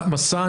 'מסע',